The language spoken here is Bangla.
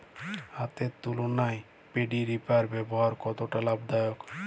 হাতের তুলনায় পেডি রিপার ব্যবহার কতটা লাভদায়ক?